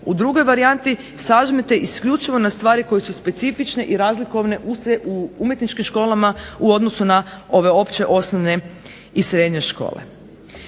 u drugoj varijanti sažmete isključivo na stvari koje su specifične i razlikovne u umjetničkim školama u odnosu na ove opće osnovne i srednje škole.